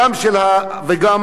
והמפכ"ל.